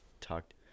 talked